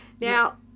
Now